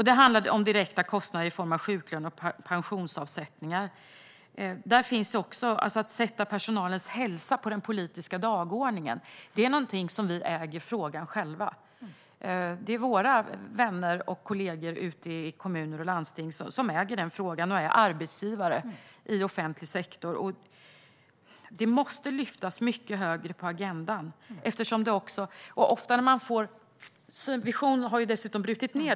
Det handlar om direkta kostnader i form av sjuklöner och pensionsavsättningar. När det gäller att sätta personalens hälsa på den politiska dagordningen äger vi frågan själva. Det är våra vänner och kollegor ute i kommuner och landsting som äger frågan och är arbetsgivare i offentlig sektor. Frågan måste lyftas upp högre på agendan. Vision har brutit ned kostnaderna på kommuner, landsting och regioner.